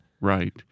Right